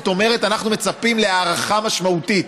אומרת: אנחנו מצפים להארכה משמעותית.